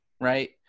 right